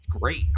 great